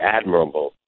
admirable